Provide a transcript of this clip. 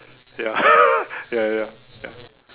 ya ya ya ya ya